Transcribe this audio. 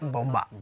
Bomba